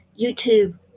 YouTube